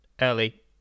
early